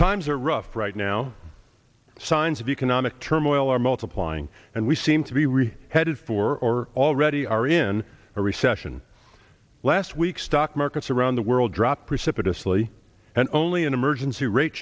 times are rough right now signs of economic turmoil are multiplying and we seem to be really headed for already are in a recession last week stock markets around the world dropped precipitously and only an emergency rate